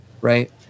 right